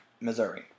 Missouri